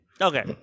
Okay